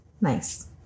Nice